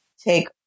take